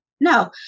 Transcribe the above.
No